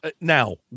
Now